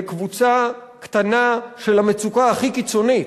לקבוצה קטנה של המצוקה הכי קיצונית,